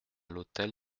l’hôtel